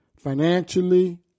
financially